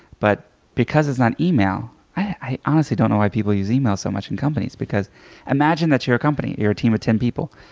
but because it's not email, i honestly don't know why people use email so much in companies. because imagine that you're a company. you're a team of ten people,